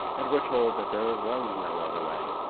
and were told that there was no other way.